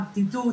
בידוד,